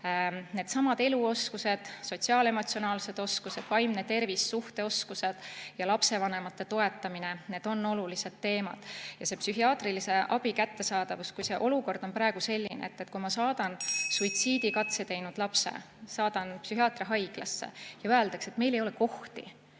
Needsamad eluoskused, sotsiaal-emotsionaalsed oskused, vaimne tervis, suhteoskused ja lapsevanemate toetamine on olulised teemad. Ja see psühhiaatrilise abi kättesaadavus. Olukord on praegu selline, et ma saadan suitsiidikatse teinud lapse psühhiaatriahaiglasse, aga seal öeldakse: "Meil ei ole kohti,